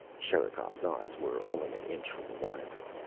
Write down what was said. sherikov's eyes were only an inch from the wiring.